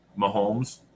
Mahomes